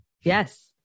Yes